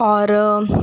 और